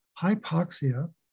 hypoxia